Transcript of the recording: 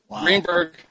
Greenberg